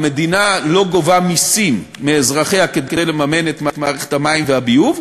המדינה לא גובה מסים מאזרחיה כדי לממן את מערכת המים והביוב,